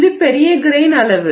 இது பெரிய கிரெய்ன் அளவு